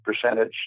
percentage